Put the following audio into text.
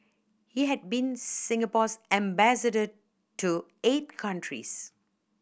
he had been Singapore's ambassador to eight countries